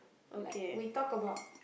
like we talk about